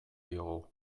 diogu